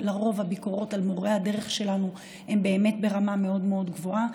לרוב הביקורות על מורי הדרך שלנו הן ברמה מאוד גבוהה.